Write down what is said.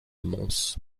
mons